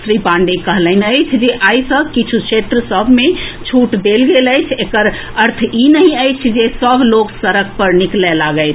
श्री पांडेय कहलनि अछि जे आइ सँ किछु क्षेत्र सभ मे छूट देल गेल अछि एकर मतलब ई नहि अछि जे सभ लोक सड़क पर निकलए लागथि